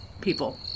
people